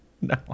No